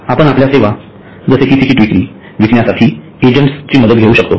आपण आपल्या सेवा जसे कि तिकीट विक्री विकण्यासाठी एजंट्स ची मदत घेऊ शकतो